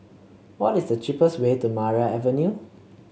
what is the cheapest way to Maria Avenue